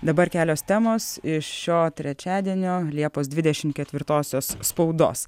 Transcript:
dabar kelios temos iš šio trečiadienio liepos dvidešim ketvirtosios spaudos